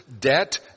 debt